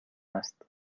است